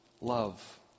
love